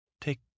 Take